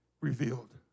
revealed